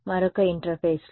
మరొక ఇంటర్ఫేస్లో